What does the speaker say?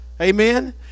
amen